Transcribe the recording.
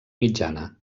mitjana